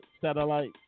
satellite